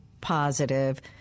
positive